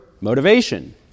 motivation